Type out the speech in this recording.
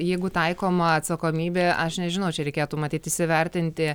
jeigu taikoma atsakomybė aš nežinau čia reikėtų matyt įsivertinti